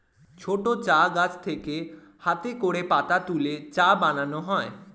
ছোট চা গাছ থেকে হাতে করে পাতা তুলে চা বানানো হয়